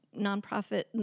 nonprofit